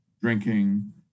drinking